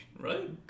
Right